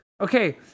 Okay